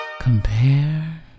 Compare